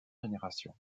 génération